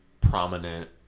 prominent